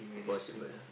possible